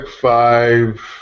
five